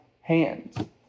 hand